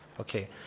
Okay